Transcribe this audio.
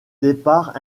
départ